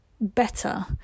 better